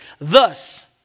thus